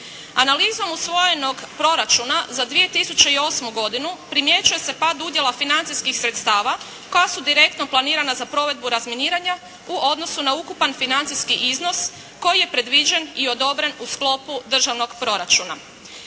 Analizom usvojenog proračuna za 2008. godinu primjećuje se pad udjela financijskih sredstava koja su direktno planirana za provedbu razminiranja u odnosu na ukupan financijski iznos koji je predviđen i odobren u sklopu državnog proračuna.